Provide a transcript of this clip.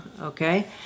Okay